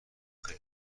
خیر